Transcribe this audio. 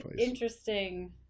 Interesting